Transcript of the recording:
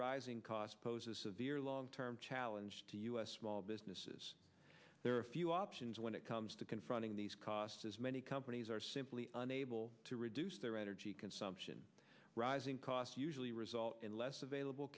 rising costs pose a severe long term challenge to u s small businesses there are few options when it comes to confronting these costs as many companies are simply unable to reduce their energy consumption rising costs usually result in less available